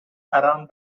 around